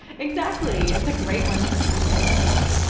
exactly! it's a great one for scrupulosity.